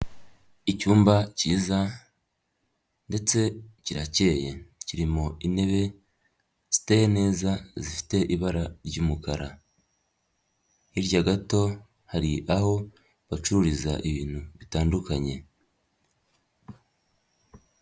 Icyumba kiza ndetse kirakeyeye kirimo intebe ziteye neza, zifite ibara ry'umukara, hirya gato hari aho bacururiza ibintu bitandukanye.